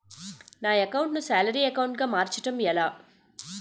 నా అకౌంట్ ను salary account గా మార్చటం ఎలా?